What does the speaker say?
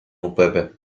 upépe